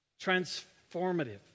transformative